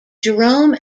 jerome